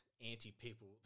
anti-people